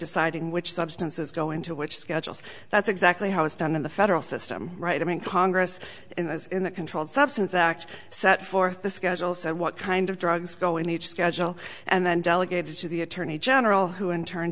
deciding which substances go into which schedules that's exactly how it's done in the federal system right i mean congress in the controlled substance act set forth the schedules and what kind of drugs go in each schedule and then delegated to the attorney general who in turn